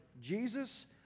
Jesus